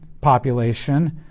population